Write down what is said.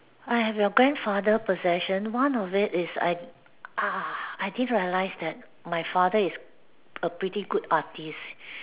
I have your grandfather possession one of it is I ah I didn't realise that my father is a pretty good artist